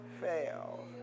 fail